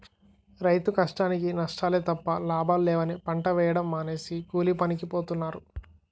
రైతు కష్టానికీ నష్టాలే తప్ప లాభాలు లేవని పంట వేయడం మానేసి కూలీపనికి పోతన్నారు